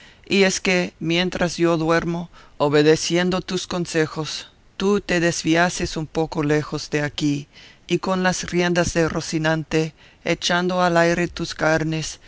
y es que mientras yo duermo obedeciendo tus consejos tú te desviases un poco lejos de aquí y con las riendas de rocinante echando al aire tus carnes